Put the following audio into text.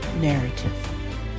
narrative